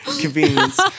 Convenience